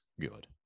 good